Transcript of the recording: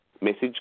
message